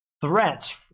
threats